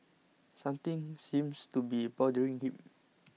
something seems to be bothering him